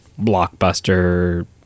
blockbuster